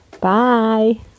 Bye